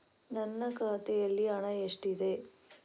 ನನ್ನ ಖಾತೆಯಲ್ಲಿ ಹಣ ಎಷ್ಟಿದೆ?